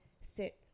sit